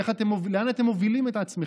לאן אתם מובילים את עצמכם.